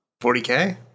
40K